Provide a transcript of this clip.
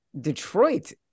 Detroit